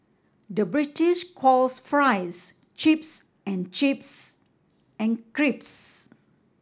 the British calls fries chips and chips and crisps